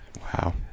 Wow